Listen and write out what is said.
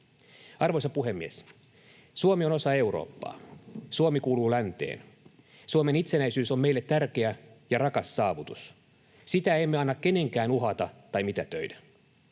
Arvoisa puhemies! Suomi on osa Eurooppaa. Suomi kuuluu länteen. Suomen itsenäisyys on meille tärkeä ja rakas saavutus, sitä emme anna kenenkään uhata tai mitätöidä.